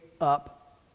up